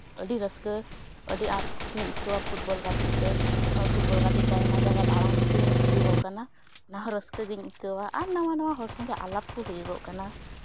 ᱟᱹᱰᱤ ᱨᱟᱹᱥᱠᱟᱹ ᱟᱹᱰᱤ ᱟᱸᱴ ᱠᱩᱥᱤᱧ ᱟᱹᱭᱠᱟᱹᱣᱟ ᱯᱷᱩᱴᱵᱚᱞ ᱜᱟᱛᱮᱜ ᱛᱮ ᱱᱚᱜᱼᱭ ᱯᱷᱩᱴᱵᱚᱞ ᱜᱟᱛᱮᱜ ᱛᱮ ᱟᱭᱢᱟ ᱡᱟᱭᱜᱟ ᱫᱟᱬᱟᱱ ᱠᱚ ᱦᱩᱭᱩᱜᱚᱜ ᱠᱟᱱᱟ ᱚᱱᱟ ᱦᱚᱸ ᱨᱟᱹᱥᱠᱟᱹ ᱜᱤᱧ ᱟᱹᱭᱠᱟᱹᱣᱟ ᱟᱨ ᱱᱟᱣᱟ ᱱᱟᱣᱟ ᱦᱚᱲ ᱥᱚᱸᱜᱮ ᱟᱞᱟᱯ ᱠᱚ ᱦᱩᱭᱩᱜᱚᱜ ᱠᱟᱱᱟ